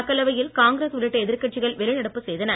மக்களவையில் காங்கிரஸ் உள்ளிட்ட எதிர்க்கட்சிகள் வெளிநடப்பு செய்தன